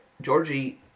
Georgie